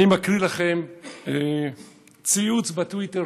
אני מקריא לכם ציוץ בטוויטר,